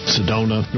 Sedona